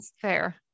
Fair